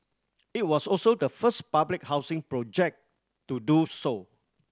it was also the first public housing project to do so